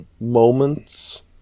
moments